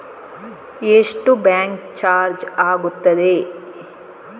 ಎಷ್ಟು bank charge ಆಗುತ್ತದೆ?